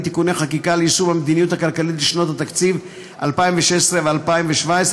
(תיקוני חקיקה ליישום המדיניות הכלכלית לשנות התקציב 2016 ו-2017),